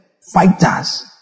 Fighters